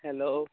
hello